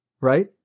Right